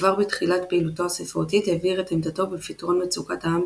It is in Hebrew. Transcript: וכבר בתחילת פעילותו הספרותית הבהיר את עמדתו בפתרון מצוקת העם